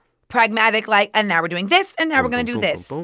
pragmatic, like and now we're doing this, and now we're going to do this boom,